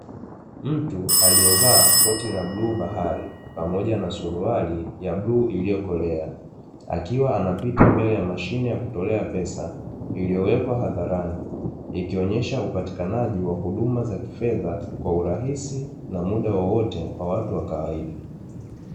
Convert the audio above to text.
Mtu alievaa koti la bluu bahari pamoja na suruali ya bluu iliyokolea, akiwa anapita mbele ya mashine ya kutolea pesa iliyowekwa hadharani, ikionyesha upatikanaji wa huduma za kifedha kwa urahisi na muda wowote kwa watu wa kawaida.